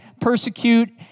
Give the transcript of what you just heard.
persecute